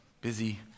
busy